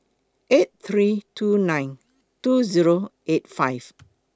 eight three two nine two Zero eight five